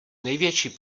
největší